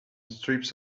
strips